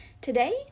today